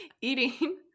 eating